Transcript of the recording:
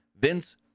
Vince